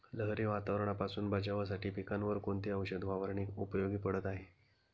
लहरी वातावरणापासून बचावासाठी पिकांवर कोणती औषध फवारणी उपयोगी पडत आहे?